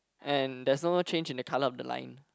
and there's no change in the colour of the line